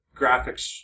graphics